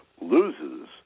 loses